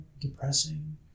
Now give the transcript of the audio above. depressing